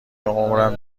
عمرم